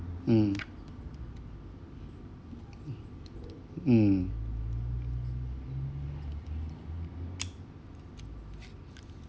mm mm